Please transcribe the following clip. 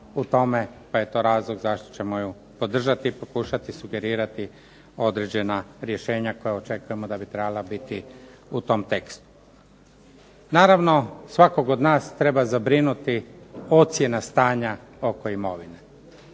pa je to razlog zašto ćemo ju podržati i pokušati sugerirati određena rješenja koja očekujemo da bi trebala biti u tom tekstu. Naravno svakog od nas treba zabrinuti ocjena stanja oko imovine